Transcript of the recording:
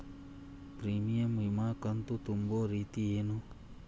Premium ವಿಮಾ ಕಂತು ತುಂಬೋ ರೇತಿ ಏನು?